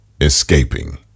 escaping